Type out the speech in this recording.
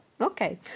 Okay